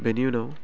बेनि उनाव